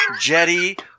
jetty